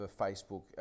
Facebook